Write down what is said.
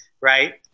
right